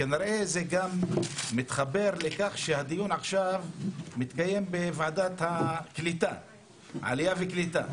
כנראה זה מתחבר לכך שהדיון מתקיים עכשיו בוועדת העלייה והקליטה.